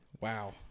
Wow